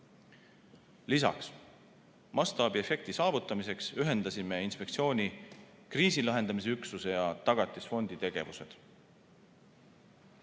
Lisaks, mastaabiefekti saavutamiseks ühendasime inspektsiooni kriisilahendamise üksuse ja Tagatisfondi tegevused.